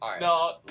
No